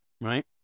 right